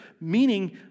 meaning